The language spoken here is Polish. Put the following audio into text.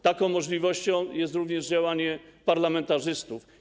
Taką możliwością jest również działanie parlamentarzystów.